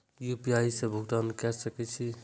UPI से भुगतान क सके छी?